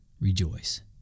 Rejoice